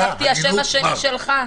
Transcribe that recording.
חשבתי שהשם השני שלך.